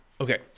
Okay